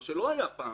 מה שלא היה פעם,